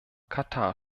katar